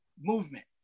movement